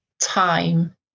time